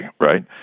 right